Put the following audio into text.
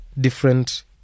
different